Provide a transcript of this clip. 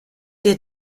dir